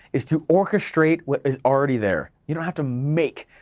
is to orchestrate what is already there, you don't have to make,